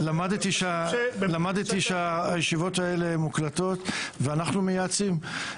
--- למדתי שהישיבות האלה מוקלטות ואנחנו מייעצים.